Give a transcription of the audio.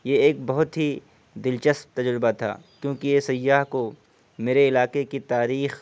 یہ ایک بہت ہی دلچسپ تجربہ تھا کیونکہ یہ سیاح کو میرے علاقے کی تاریخ